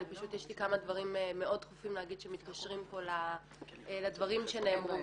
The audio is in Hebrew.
יש לי כמה דברים מאוד דחופים להגיד שקשורים לדברים שנאמרו.